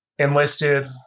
enlisted